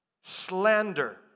Slander